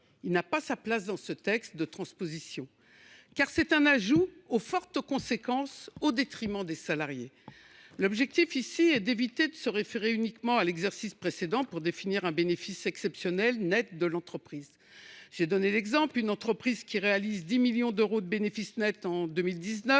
il n’a pas sa place dans ce texte de transposition. Il s’agit d’un ajout aux fortes conséquences, au détriment des salariés. L’objectif, ici, est d’éviter de se référer uniquement à l’exercice précédent pour définir un bénéfice exceptionnel net de l’entreprise. Prenons l’exemple d’une entreprise qui réalise 10 millions d’euros de bénéfice net en 2019,